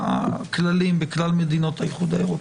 הכללים בכלל מדינות האיחוד האירופי.